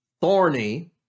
thorny